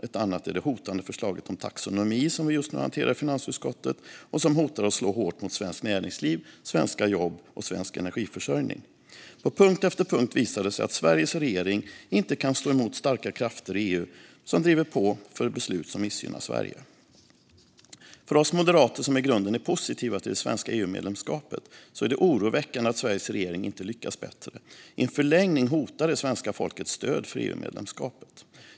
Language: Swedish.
Ett annat är det hotande förslaget om taxonomi, som vi just nu hanterar i finansutskottet och som hotar att slå hårt mot svenskt näringsliv, svenska jobb och svensk energiförsörjning. På punkt efter punkt visar det sig att Sveriges regering inte kan stå emot starka krafter i EU som driver på för beslut som missgynnar Sverige. För oss moderater, som i grunden är positiva till det svenska EU-medlemskapet, är det oroväckande att Sveriges regering inte lyckas bättre. I en förlängning hotas det svenska folkets stöd för EU-medlemskapet.